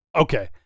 Okay